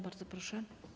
Bardzo proszę.